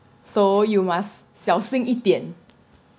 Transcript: so you must 小心一點